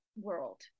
world